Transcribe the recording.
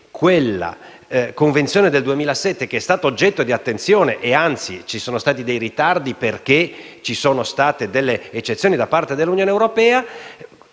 quella convenzione del 2007, che è stata oggetto di attenzione (anzi, vi sono stati dei ritardi perché ci sono state delle eccezioni dell'Unione europea),